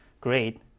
great